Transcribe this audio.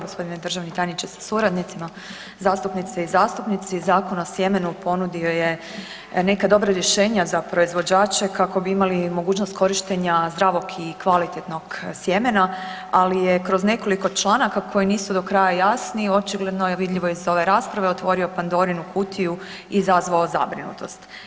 Gospodine državni tajniče sa suradnicima, zastupnice i zastupnici Zakon o sjemenu ponudio je neka dobra rješenja za proizvođače kako bi imali mogućnost korištenja zdravog i kvalitetnog sjemena, ali je kroz nekoliko članaka koji nisu do kraja jasni očigledno je vidljivo iz ove rasprave otvorio Pandorinu kutiju i izazvao zabrinutost.